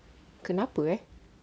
kenapa eh